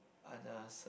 others